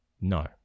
no